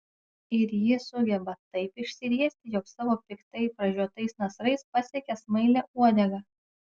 ir ji sugeba taip išsiriesti jog savo piktai pražiotais nasrais pasiekia smailią uodegą